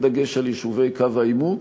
בדגש על יישובי קו העימות.